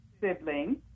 sibling